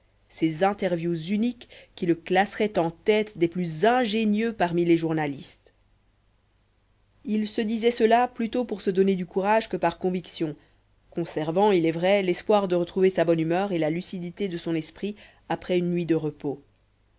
ces interviews uniques qui le classeraient en tête des plus ingénieux parmi les journalistes il se disait cela plutôt pour se donner du courage que par conviction conservant il est vrai l'espoir de retrouver sa bonne humeur et la lucidité de son esprit après une nuit de repos